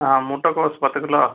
ஆ முட்டைக்கோஸ் பத்து கிலோ